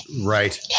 Right